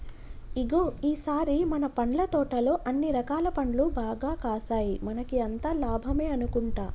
ఇగో ఈ సారి మన పండ్ల తోటలో అన్ని రకాల పండ్లు బాగా కాసాయి మనకి అంతా లాభమే అనుకుంటా